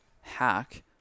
hack